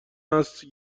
است